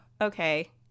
okay